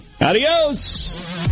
Adios